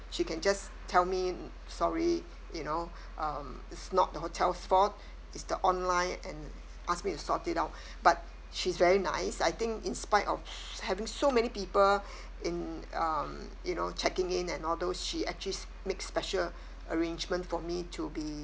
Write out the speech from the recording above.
she can just tell me sorry you know um it's not the hotel's fault it's the online and ask me sort it out but she's very nice I think in spite of having so many people in um you know checking in and all those she actually s~ make special arrangement for me to be